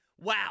wow